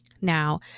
Now